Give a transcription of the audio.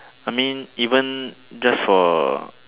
I mean even just for